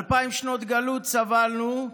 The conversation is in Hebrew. אלפיים שנות גלות סבלנו,